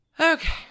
Okay